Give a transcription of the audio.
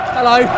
Hello